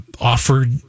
offered